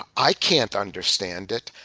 i can't understand it.